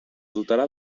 dotarà